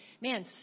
Man